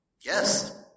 Yes